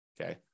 okay